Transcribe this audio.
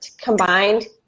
combined